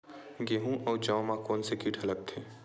गेहूं अउ जौ मा कोन से कीट हा लगथे?